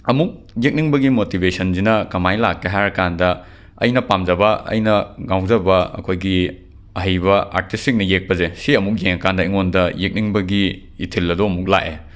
ꯑꯃꯨꯛ ꯌꯦꯛꯅꯤꯡꯕꯒꯤ ꯃꯣꯇꯤꯕꯦꯁꯟꯖꯤꯅ ꯀꯃꯥꯏ ꯂꯥꯛꯀꯦ ꯍꯥꯏꯔꯀꯥꯟꯗ ꯑꯩꯅ ꯄꯥꯝꯖꯕ ꯑꯩꯅꯥ ꯉꯥꯎꯖꯕ ꯑꯩꯈꯣꯏꯒꯤ ꯑꯍꯩꯕ ꯑꯥꯔꯇꯤꯁꯁꯤꯡꯅ ꯌꯦꯛꯄꯖꯦ ꯁꯤ ꯑꯃꯨꯛ ꯌꯦꯡꯉꯀꯥꯟꯗ ꯑꯩꯉꯣꯟꯗ ꯌꯦꯛꯅꯤꯡꯕꯒꯤ ꯏꯊꯤꯜ ꯑꯗꯣ ꯑꯃꯨꯛ ꯂꯥꯛꯑꯦ